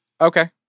Okay